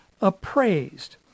appraised